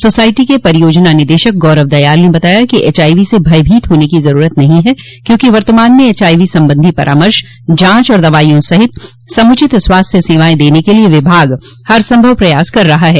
society के परियोजना निदेशक गौरव दयाल ने बताया कि एचआईवी से भयभीत होने की जरूरत नहीं है क्योंकि वर्तमान म एचआईवी संबंधी परामर्श जांच और दवाईयों सहित समुचित स्वास्थ्य सेवाएं देने के लिए विभाग हरसंभव प्रयास कर रहा है